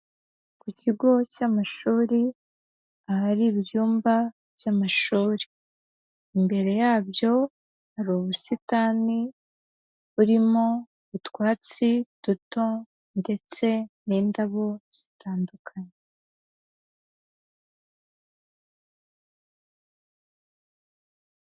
Ku kigo cy'amashuri, ahari ibmba by'amashuri, imbere yabyo hari ubusitani burimo utwatsi duto ndetse n'indabo zitandukanye.